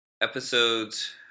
episodes